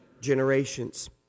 generations